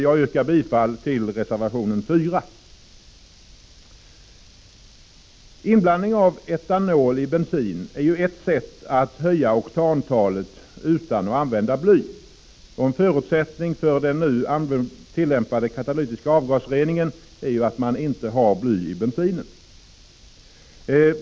Jag yrkar bifall till reservation 4. Inblandning av etanol i bensin är ett sätt att höja oktantalet utan att använda bly; en förutsättning för den nu tillämpade katalytiska avgasrening en är ju att man inte har bly i bensinen.